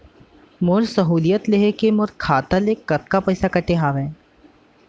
मोर सहुलियत लेहे के मोर खाता ले कतका पइसा कटे हवये?